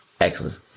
Excellent